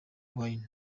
wayne